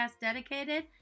dedicated